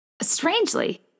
strangely